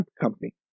company